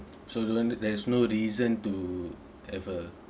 so there's no reason to have a